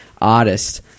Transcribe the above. artist